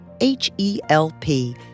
H-E-L-P